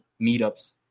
meetups